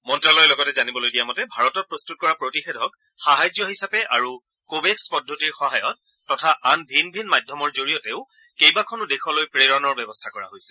মন্ত্যালয়ে লগতে জানিবলৈ দিয়া মতে ভাৰতত প্ৰস্তত কৰা প্ৰতিষেধক সাহায্য হিচাপে আৰু কোৱেক্স পদ্ধতিৰ সহায়ত তথা আন ভিন ভিন মাধ্যমৰ জৰিয়তেও কেইবাখনো দেশলৈ প্ৰেৰণৰ ব্যৱস্থা কৰা হৈছে